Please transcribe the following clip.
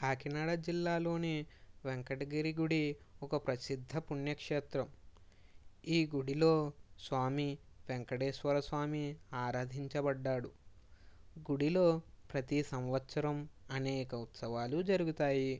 కాకినాడ జిల్లాలోని వెంకటగిరి గుడి ఒక ప్రసిద్ధ పుణ్య క్షేత్రం ఈ గుడిలో స్వామి వెంకటేశ్వర స్వామి ఆరాధించబడ్డాడు గుడిలో ప్రతీ సంవత్సరం అనేక ఉత్సవాలు జరుగుతాయి